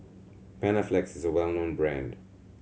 Panaflex is a well known brand